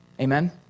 Amen